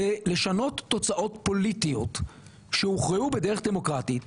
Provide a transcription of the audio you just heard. זה לשנות תוצאות פוליטיות שהוכרעו בדרך דמוקרטית,